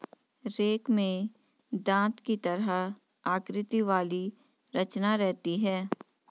rake में दाँत की तरह आकृति वाली रचना रहती है